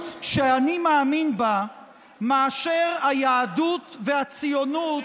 שאני מאמין בה מאשר היהדות והציונות,